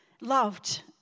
loved